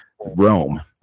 Rome